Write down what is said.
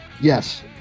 Yes